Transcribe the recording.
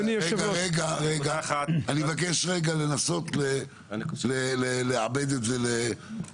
אני מבקש רגע לנסות לעבד את זה להחלטה אחת.